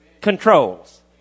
controls